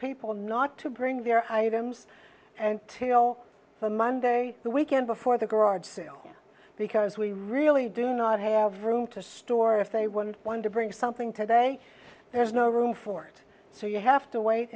people not to bring their high thems and till from monday the weekend before the garage sale because we really do not have room to store if they wanted one to bring something today there's no room for it so you have to wait